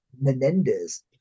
Menendez